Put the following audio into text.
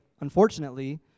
unfortunately